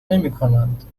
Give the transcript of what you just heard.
نمیکنند